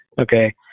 Okay